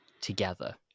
together